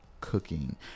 cooking